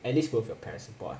at least both your parents support